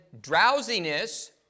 drowsiness